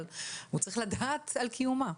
אבל הוא צריך לדעת קיומה.